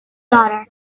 daughter